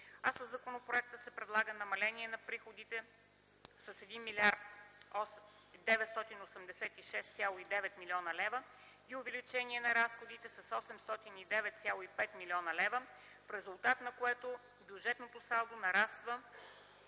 със законопроекта се предлага намаление на приходите с 1 млрд. 986,9 млн. лв. и увеличение на разходите с 809,5 млн. лв., в резултат на което бюджетното салдо нараства